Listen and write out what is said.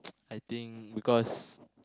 I think because